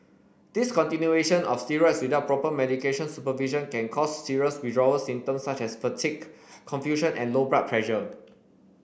discontinuation of steroids without proper medical supervision can cause serious withdrawal symptoms such as fatigue confusion and low blood pressure